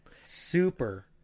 Super